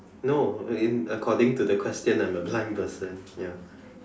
no in according to the question I'm a blind person ya